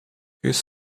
his